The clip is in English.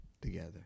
together